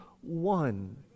one